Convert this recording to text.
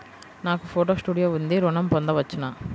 నాకు photo studio ఉంది ఋణం పొంద వచ్చునా?